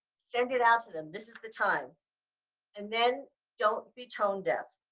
send it out to them. this is the time and then don't be tone deaf.